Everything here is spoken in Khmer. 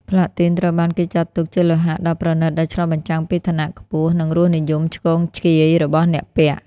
ផ្លាទីនត្រូវបានគេចាត់ទុកជាលោហៈដ៏ប្រណិត ដែលឆ្លុះបញ្ចាំងពីឋានៈខ្ពស់ និងរសនិយមឆ្គងឆ្គាយរបស់អ្នកពាក់។